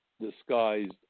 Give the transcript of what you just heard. disguised